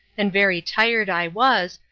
and very tired i was,